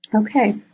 Okay